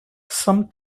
some